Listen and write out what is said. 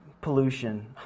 pollution